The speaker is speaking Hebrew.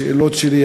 השאלות שלי: